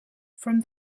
from